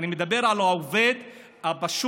אני מדבר על העובד הפשוט,